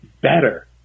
better